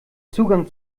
zugang